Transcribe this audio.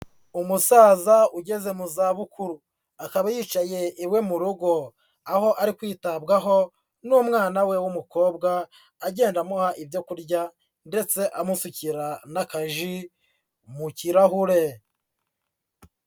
Umusaza ugeze mu zabukuru, akaba yicaye iwe mu rugo, aho ari kwitabwaho n'umwana we w'umukobwa agenda amuha ibyo kurya ndetse amusukira n'akaji mu kirahure.